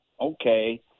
okay